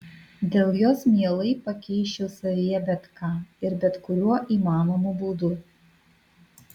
dėl jos mielai pakeisčiau savyje bet ką ir bet kuriuo įmanomu būdu